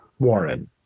warren